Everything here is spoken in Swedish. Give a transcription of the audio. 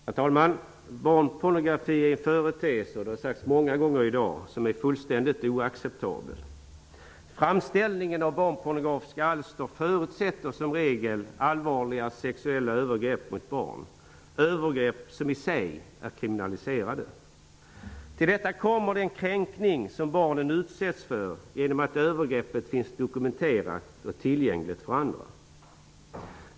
Herr talman! Barnpornografi är en företeelse som är fullständigt oacceptabel. Det har sagts många gånger i dag. Framställningen av barnpornografiska alster förutsätter som regel allvarliga sexuella övergrepp mot barn, övergrepp som i sig är kriminaliserade. Till detta kommer den kränkning som barnen utsätts för genom att övergreppet finns dokumenterat och tillgängligt för andra.